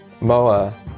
Moa